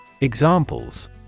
Examples